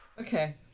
Okay